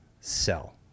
sell